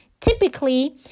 typically